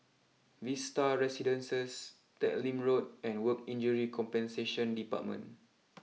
Vista Residences Teck Lim Road and Work Injury Compensation Department